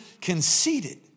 conceited